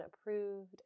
approved